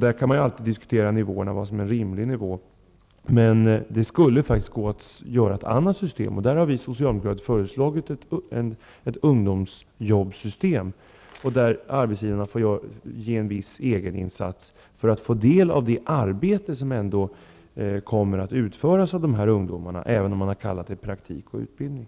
Man kan alltid diskutera vilken nivå som är rimlig. Vi socialdemokrater har emellertid föreslagit ett annat system, nämligen ett ungdomsjobbssystem. Det innebär att arbetsgivarna får göra en viss egeninsats för att få del av det arbete som ungdomarna utför, även om det sedan kallas praktik och utbildning.